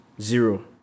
zero